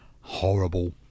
Horrible